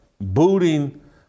booting